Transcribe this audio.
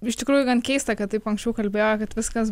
iš tikrųjų gan keista kad taip anksčiau kalbėjo kad viskas